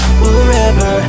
forever